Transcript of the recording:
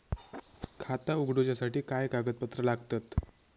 खाता उगडूच्यासाठी काय कागदपत्रा लागतत?